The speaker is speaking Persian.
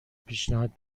پیشنهاد